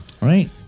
Right